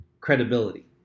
credibility